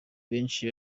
benshi